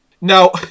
Now